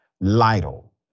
Lytle